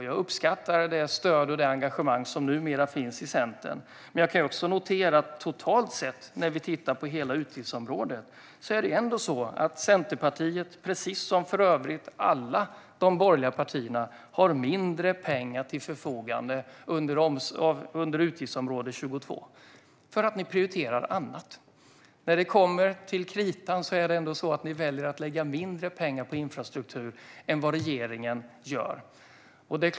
Jag uppskattar det stöd och det engagemang som numera finns i Centern, men jag noterar också att det sett till hela utgiftsområdet ändå är så att Centerpartiet, precis som för övrigt alla de borgerliga partierna, har mindre pengar till förfogande under utgiftsområde 22 för att ni prioriterar annat. När det kommer till kritan väljer ni ändå att lägga mindre pengar på infrastruktur än regeringen gör.